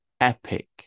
epic